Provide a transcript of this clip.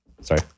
sorry